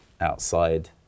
outside